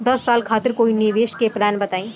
दस साल खातिर कोई निवेश के प्लान बताई?